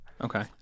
Okay